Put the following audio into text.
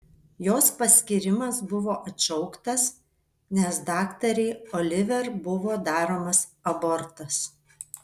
jos paskyrimas buvo atšauktas nes daktarei oliver buvo daromas abortas